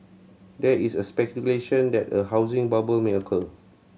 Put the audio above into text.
there is a speculation that a housing bubble may occur